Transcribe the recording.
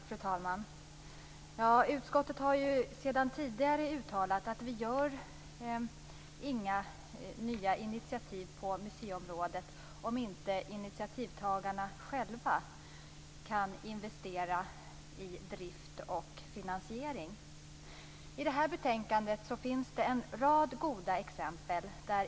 Fru talman! Utskottet har sedan tidigare uttalat att vi inte tar några nya initiativ på museiområdet om initiativtagarna själva inte kan investera i drift och finansiering. I detta betänkande finns det en rad goda exempel.